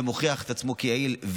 ומוכיח את עצמו כיעיל.